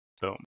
Boom